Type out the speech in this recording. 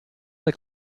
del